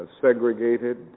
segregated